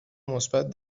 مثبت